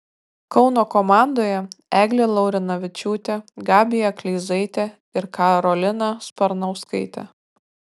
kauno komandoje eglė laurinavičiūtė gabija kleizaitė ir karolina sparnauskaitė